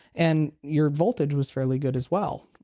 and your voltage was fairly good as well.